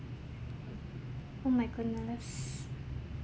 oh my goodness